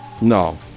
no